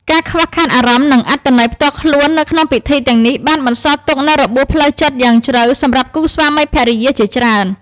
ការខ្វះខាតអារម្មណ៍និងអត្ថន័យផ្ទាល់ខ្លួននៅក្នុងពិធីទាំងនេះបានបន្សល់ទុកនូវរបួសផ្លូវចិត្តយ៉ាងជ្រៅសម្រាប់គូស្វាមីភរិយាជាច្រើន។